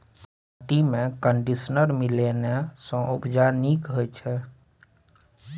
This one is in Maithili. माटिमे कंडीशनर मिलेने सँ उपजा नीक होए छै